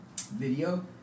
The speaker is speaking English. video